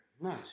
Nice